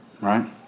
Right